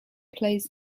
plays